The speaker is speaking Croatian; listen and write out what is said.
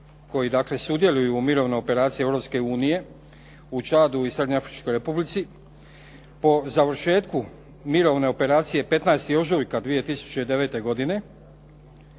koji dakle sudjeluju u mirovnoj operaciji Europske unije u Čadu i Srednjeafričkoj Republici po završetku mirovne operacije 15. ožujka 2009. godine,